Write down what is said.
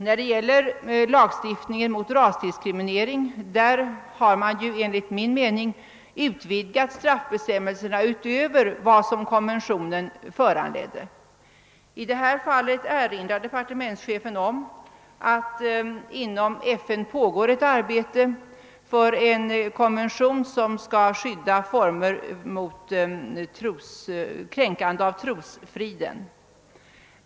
När det gäller lagstiftningen mot rasdiskriminering har vi enligt min mening utvidgat :straffbestämmelserna utöver vad som föranleddes av konventionen, medan departementschefen här erinrar om att det inom FN pågår ett arbete med en konvention om kränkande av trosfriden.